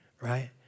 right